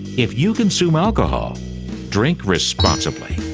if you consume alcohol drink responsibly!